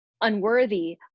unworthy